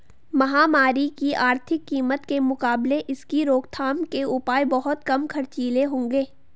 महामारी की आर्थिक कीमत के मुकाबले इसकी रोकथाम के उपाय बहुत कम खर्चीले होंगे